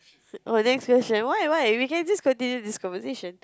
oh next question why why we can just continue this conversation